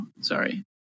Sorry